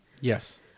Yes